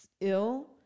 ill